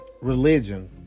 religion